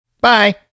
Bye